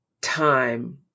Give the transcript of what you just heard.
time